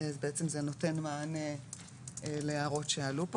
אז זה בעצם נותן מענה להערות שעלו פה,